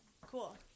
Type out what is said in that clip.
Cool